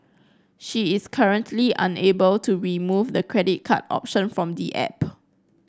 she is currently unable to remove the credit card option from the app